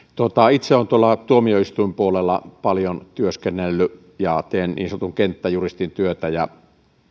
itse olen tuolla tuomioistuinpuolella paljon työskennellyt ja teen niin sanotun kenttäjuristin työtä